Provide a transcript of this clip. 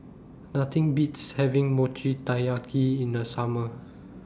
Nothing Beats having Mochi Taiyaki in The Summer